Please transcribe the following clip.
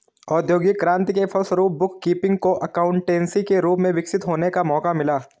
औद्योगिक क्रांति के फलस्वरूप बुक कीपिंग को एकाउंटेंसी के रूप में विकसित होने का मौका मिला